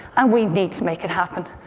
and we need to make it happen,